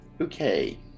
Okay